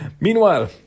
meanwhile